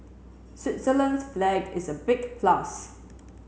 Switzerland's flag is a big plus